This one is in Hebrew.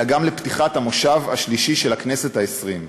אלא גם לפתיחת הכנס השלישי של הכנסת העשרים.